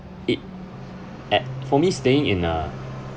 it at for me staying in a